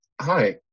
Hi